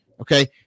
okay